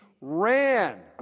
ran